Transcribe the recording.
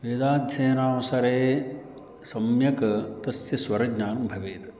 वेदाध्ययनावसरे सम्यक् तस्य स्वरज्ञानं भवेत्